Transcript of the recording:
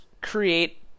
create